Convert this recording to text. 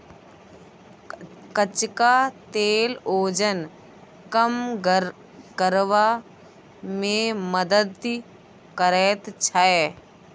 कचका तेल ओजन कम करबा मे मदति करैत छै